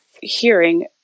hearing